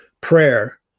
prayer